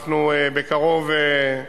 אנחנו בקרוב,